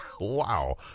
Wow